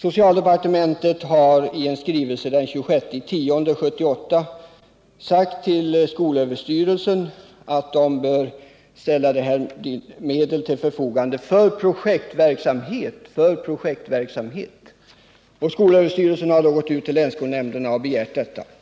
Socialdepartementet har i en skrivelse den 26 oktober 1978 till skolöverstyrelsen sagt att SÖ bör ställa medel till förfogande för projektverksamhet. Skolöverstyrelsen har då gått ut till länsskolnämnderna och begärt förslag.